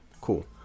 cool